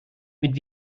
mit